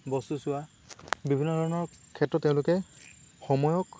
বস্তু চোৱা বিভিন্ন ধৰণৰ ক্ষেত্ৰত তেওঁলোকে সময়ক